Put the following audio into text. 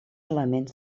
elements